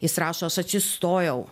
jis rašo aš atsistojau